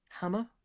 Hammer